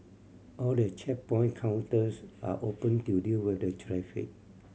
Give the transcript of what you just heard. all the checkpoint counters are open to deal with the traffic